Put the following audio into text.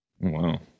Wow